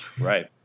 right